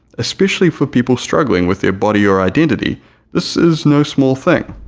especially for people struggling with their body or identity this is no small thing,